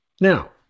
Now